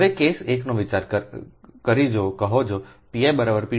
હવે કેસ 1 નો વિચાર કરો જો કહો જોp1p2